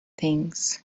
things